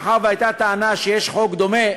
מאחר שהייתה טענה שיש חוק דומה,